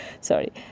sorry